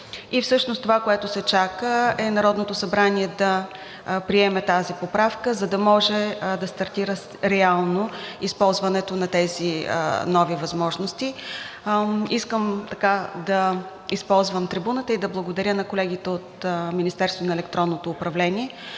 и всъщност това, което се чака, е Народното събрание да приеме тази поправка, за да може да стартира реално използването на тези нови възможности. Искам да използвам трибуната и да благодаря на колегите от Министерството на електронното управление,